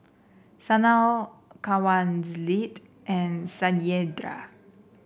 Sanal Kanwaljit and Satyendra